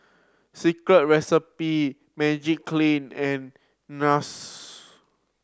Secret Recipe Magiclean and Nars